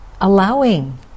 Allowing